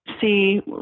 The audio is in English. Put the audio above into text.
see